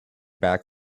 back